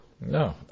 No